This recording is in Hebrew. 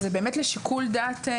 אבל זה באמת לשיקול דעתם.